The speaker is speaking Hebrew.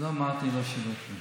לא אמרתי לא שווה כלום.